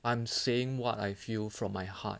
I am saying what I feel from my heart